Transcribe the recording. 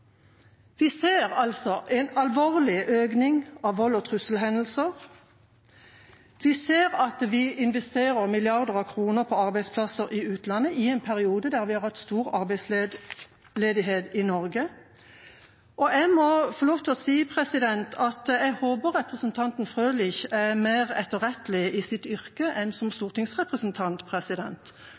Vi ser en alvorlig økning i antall volds- og trusselhendelser. Vi ser at vi investerer milliarder av kroner i arbeidsplasser i utlandet i en periode da vi har hatt stor arbeidsledighet i Norge. Og jeg må få lov til å si at jeg håper representanten Frølich er mer etterrettelig i sitt yrke enn som stortingsrepresentant.